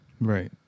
Right